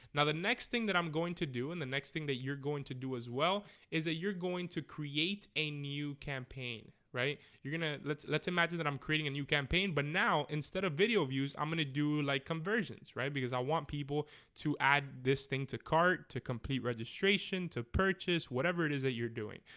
now the next thing that i'm going to do and the next thing that you're going to do as well is that ah you're going to create a new campaign right you're gonna. let's let's imagine that i'm creating a new campaign, but now instead of video views i'm gonna do like conversions right because i want people to add this thing to cart to complete registration to purchase whatever it is that you're doing,